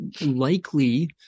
likely –